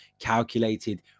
calculated